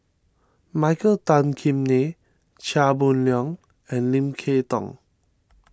Michael Tan Kim Nei Chia Boon Leong and Lim Kay Tong